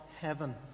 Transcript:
heaven